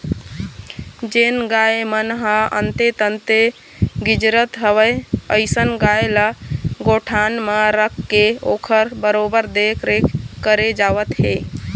जेन गाय मन ह अंते तंते गिजरत हवय अइसन गाय ल गौठान म रखके ओखर बरोबर देखरेख करे जावत हे